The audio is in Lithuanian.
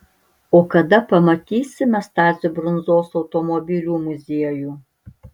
o kada pamatysime stasio brundzos automobilių muziejų